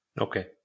Okay